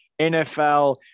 NFL